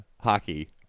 hockey